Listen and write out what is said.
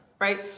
right